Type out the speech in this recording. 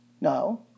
No